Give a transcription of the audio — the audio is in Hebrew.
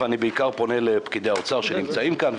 ואני פונה בעיקר לפקידי משרד האוצר שנמצאים כאן,